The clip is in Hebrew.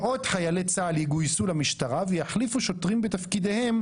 מאות חיילי צה"ל יגויסו למשטרה ויחליפו שוטרים בתפקידיהם,